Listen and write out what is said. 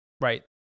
right